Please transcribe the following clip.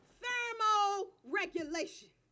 thermoregulation